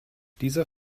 dieser